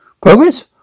Progress